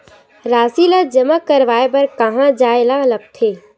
राशि ला जमा करवाय बर कहां जाए ला लगथे